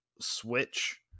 switch